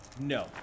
No